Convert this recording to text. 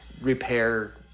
repair